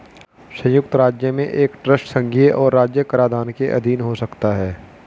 संयुक्त राज्य में एक ट्रस्ट संघीय और राज्य कराधान के अधीन हो सकता है